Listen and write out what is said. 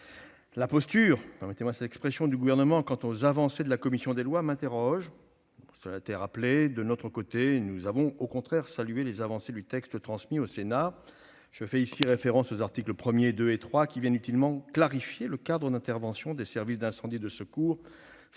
La posture- permettez-moi cette expression -du Gouvernement quant aux avancées de la commission des lois m'interpelle. De notre côté, nous avons su saluer les avancées du texte transmis au Sénat. Je fais ici référence aux articles 1, 2 et 3, qui clarifient utilement le cadre d'intervention des services d'incendie et de secours-